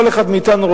כל אחד מאתנו,